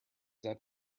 that